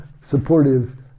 supportive